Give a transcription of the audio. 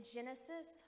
Genesis